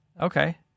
Okay